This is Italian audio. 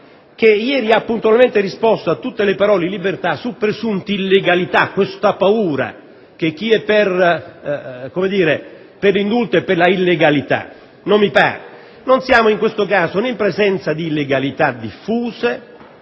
che ieri ha puntualmente risposto a tutte le parole in libertà su presunte illegalità, su questa paura che chi è per l'indulto è per l'illegalità. Non mi pare: non siamo in questo caso in presenza né di illegalità diffuse